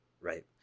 right